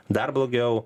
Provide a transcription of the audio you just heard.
dar blogiau